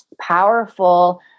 powerful